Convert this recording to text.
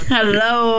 Hello